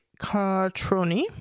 Cartroni